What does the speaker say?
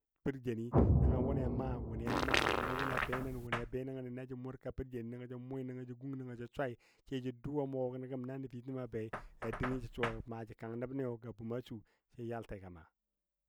Per jeni nəngɔ wʊnɨ a maa, wʊnɨ a maa, nəngɔ wʊnɨ a benən, wʊnɨ a be nəngən na jə mʊrka per jəno nəngɔ jə mʊi, nəngɔ jə gung, nəngɔ jə swai, sai dou wɔ a mʊgɔ gənɔ gəm na nəfitəmɔ bei ya dəngi jə suwagɔ maaji kang nəbniyo ga bʊm su sai yalte ga ma